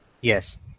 Yes